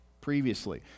previously